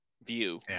view